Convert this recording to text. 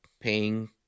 paying